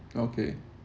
okay